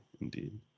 indeed